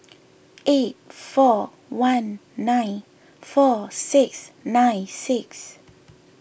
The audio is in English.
eight four one nine four six nine six